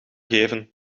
geven